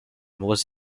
was